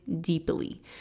deeply